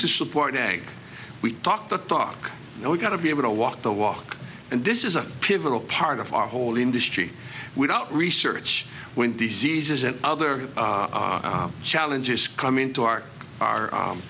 to support ag we talk the talk and we're going to be able to walk the walk and this is a pivotal part of our whole industry without research when diseases and other challenges come into our our